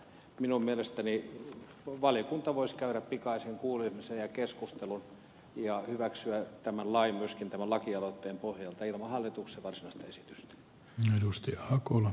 minun mielestäni valiokunta voisi käydä pikaisen kuulemisen ja keskustelun ja hyväksyä tämän lainmuutoksen myöskin tämän lakialoitteen pohjalta ilman varsinaista hallituksen esitystä